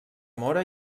mora